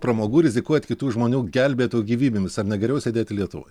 pramogų rizikuoti kitų žmonių gelbėtojų gyvybėmis ar ne geriau sėdėti lietuvoj